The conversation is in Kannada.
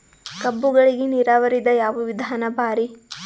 ಕಬ್ಬುಗಳಿಗಿ ನೀರಾವರಿದ ಯಾವ ವಿಧಾನ ಭಾರಿ?